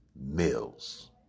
Mills